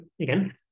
again